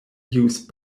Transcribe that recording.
use